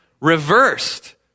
reversed